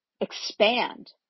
expand